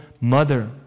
mother